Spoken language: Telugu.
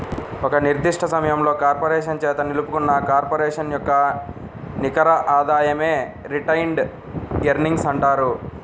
ఒక నిర్దిష్ట సమయంలో కార్పొరేషన్ చేత నిలుపుకున్న కార్పొరేషన్ యొక్క నికర ఆదాయమే రిటైన్డ్ ఎర్నింగ్స్ అంటారు